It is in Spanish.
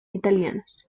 italianos